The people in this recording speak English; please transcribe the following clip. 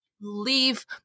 leave